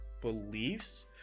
beliefs